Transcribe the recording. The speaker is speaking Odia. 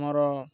ମୋର